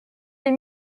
des